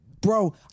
Bro